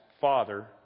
father